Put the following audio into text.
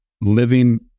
living